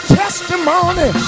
testimony